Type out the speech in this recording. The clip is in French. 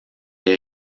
ait